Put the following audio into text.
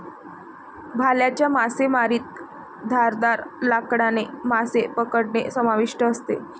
भाल्याच्या मासेमारीत धारदार लाकडाने मासे पकडणे समाविष्ट असते